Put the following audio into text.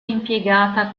impiegata